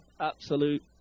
Absolute